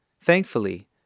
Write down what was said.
Thankfully